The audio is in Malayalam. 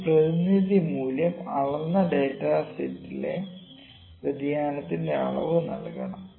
ഈ പ്രതിനിധി മൂല്യം അളന്ന ഡാറ്റ സെറ്റിലെ വ്യതിയാനത്തിന്റെ അളവ് നൽകണം